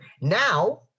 Now